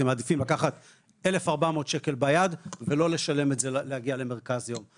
הם מעדיפים לקחת את 1400 שקל ביד ולא להגיע למרכז יום,